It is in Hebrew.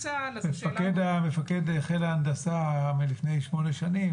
יבוא מפקד חיל ההנדסה מלפני שמונה שנים,